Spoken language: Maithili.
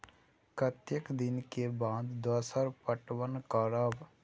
कतेक दिन के बाद दोसर पटवन करब?